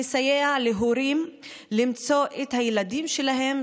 המסייע להורים למצוא את הילדים שלהם,